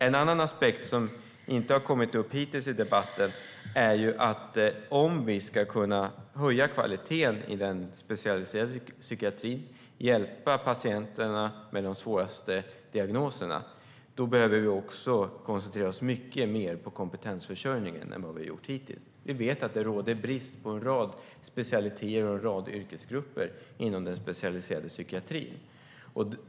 En annan aspekt som inte har kommit upp hittills i debatten är att om vi ska kunna höja kvaliteten inom den specialiserade psykiatrin och hjälpa patienterna med de svåraste diagnoserna, då behöver vi också koncentrera oss mycket mer på kompetensförsörjningen än vad vi har gjort hittills. Vi vet att det råder brist på en rad specialiteter och en rad yrkesgrupper inom den specialiserade psykiatrin.